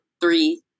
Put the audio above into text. three